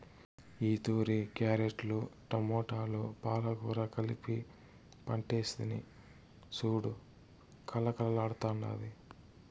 ఈతూరి క్యారెట్లు, టమోటాలు, పాలకూర కలిపి పంటేస్తిని సూడు కలకల్లాడ్తాండాది